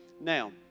Now